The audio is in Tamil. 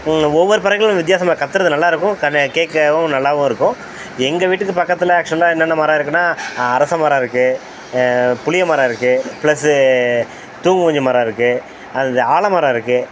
ஒவ்வொரு பறவைகளும் வித்தியாசமாக கத்துறது நல்லா இருக்கும் அதை கேட்கவும் நல்லாவும் இருக்கும் எங்கள் வீட்டுக்குப் பக்கத்தில் ஆக்ச்சுவலா என்னென்ன மரம் இருக்குதுன்னா அரச மரம் இருக்குது புளிய மரம் இருக்குது ப்ளஸ்ஸு தூங்குமூஞ்சு மரம் இருக்குது அதுதான் ஆலமரம் இருக்குது